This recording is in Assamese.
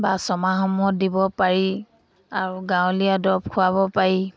বা ছমাহৰ মূৰত দিব পাৰি আৰু গাঁৱলীয়া দৰৱ খুৱাব পাৰি